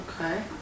okay